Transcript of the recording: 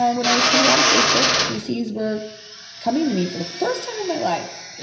um when i was coming out of facebook, feces were coming to me. for the first time in my life,